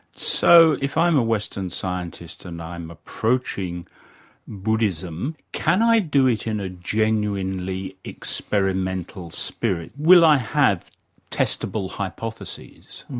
so, if i'm a western scientist and i'm approaching buddhism, can i do it in a genuinely experimental spirit? will i have testable hypotheses?